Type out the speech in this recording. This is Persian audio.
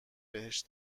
بهش